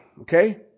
Okay